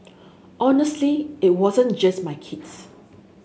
honestly it wasn't just my kids